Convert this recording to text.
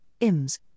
IMS